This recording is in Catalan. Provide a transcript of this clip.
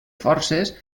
forces